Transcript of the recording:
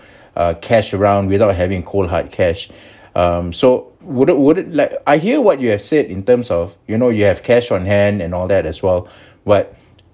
uh cash around without having cold hard cash um so would it would it like I hear what you have said in terms of you know you have cash on hand and all that as well what